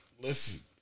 listen